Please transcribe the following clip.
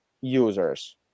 users